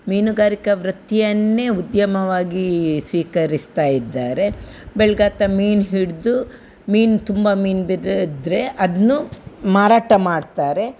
ಮೀನುಗಾರಿಕಾ ವೃತ್ತಿಯನ್ನೇ ಉದ್ಯಮವಾಗಿ ಸ್ವೀಕರಿಸ್ತಾ ಇದ್ದಾರೆ ಬೆಳ್ಗಾತ ಮೀನು ಹಿಡ್ದು ಮೀನು ತುಂಬಾ ಮೀನು ಬಿದ್ರಿದ್ದರೆ ಅದ್ನು ಮಾರಾಟ ಮಾಡ್ತಾರೆ